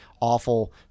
awful